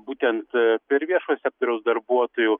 būtent per viešojo sektoriaus darbuotojų